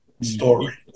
story